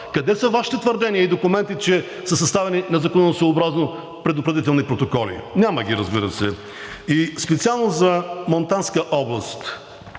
Къде са Вашите твърдения и документи, че са съставени незаконосъобразно предупредителни протоколи? Няма ги, разбира се. Специално за Монтанска област,